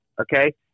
Okay